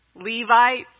Levites